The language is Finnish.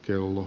teuvo